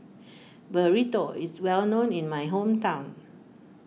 Burrito is well known in my hometown